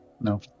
No